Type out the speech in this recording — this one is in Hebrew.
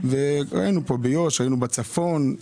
ראינו ביו"ש, בצפון.